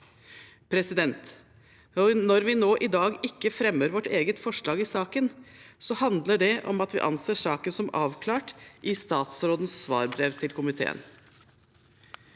det. Når vi i dag ikke fremmer vårt eget forslag i saken, handler det om at vi anser saken som avklart i statsrådens svarbrev til komiteen.